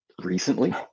recently